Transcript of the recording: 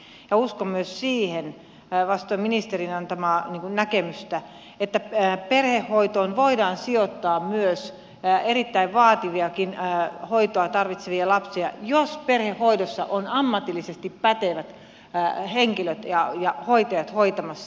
uskon myös siihen vastoin ministerin antamaa näkemystä että perhehoitoon voidaan sijoittaa myös erittäin vaativaakin hoitoa tarvitsevia lapsia jos perhehoidossa on ammatillisesti pätevät henkilöt ja hoitajat hoitamassa